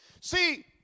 See